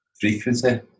Frequency